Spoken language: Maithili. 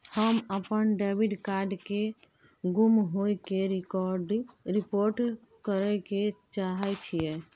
हम अपन डेबिट कार्ड के गुम होय के रिपोर्ट करय ले चाहय छियै